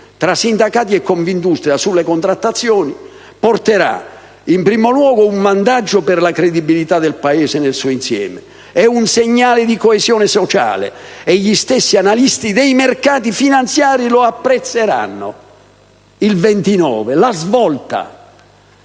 tra sindacati e Confindustria sulle contrattazioni porterà, in primo luogo, un vantaggio per la credibilità del Paese nel suo insieme e un segnale di coesione sociale, e gli stessi analisti dei mercati finanziari lo apprezzeranno». Il 29 giugno,